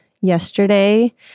yesterday